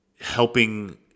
helping